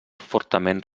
fortament